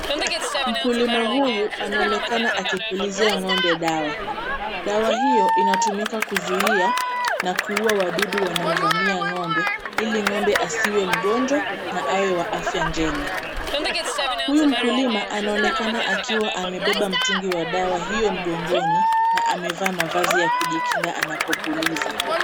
Mkulima huyu anaonekana akipulizia ng'ombe dawa. Dawa hio inatumika kuzuia na kuuwa wadudu wanaovamia ng'ombe, ili ng'ombe asiwe mgonjwa na awe wa afya njema. Huyu mkulima anaonekana akiwa amebeba mtungi wa dawa hio mgongoni na amevaa mavazi ya kujikinga anapopuliza.